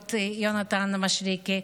הבריאות יונתן מישרקי,